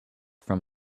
from